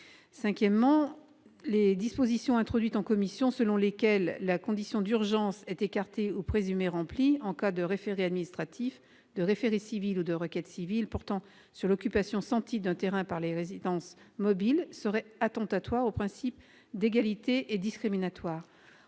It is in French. Cinquièmement, les dispositions introduites par la commission selon lesquelles la condition d'urgence est écartée ou présumée remplie en cas de référé administratif, de référé civil ou de requête civile portant sur l'occupation sans titre d'un terrain par des résidences mobiles seraient attentatoires au principe d'égalité et discriminatoires.